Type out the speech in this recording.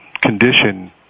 condition